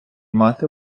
мати